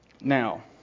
Now